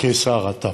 כשר אתה פה,